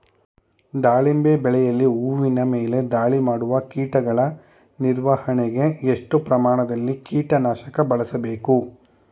ದಾಳಿಂಬೆ ಬೆಳೆಯಲ್ಲಿ ಹೂವಿನ ಮೇಲೆ ದಾಳಿ ಮಾಡುವ ಕೀಟಗಳ ನಿರ್ವಹಣೆಗೆ, ಎಷ್ಟು ಪ್ರಮಾಣದಲ್ಲಿ ಕೀಟ ನಾಶಕ ಬಳಸಬೇಕು?